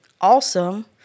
awesome